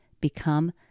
become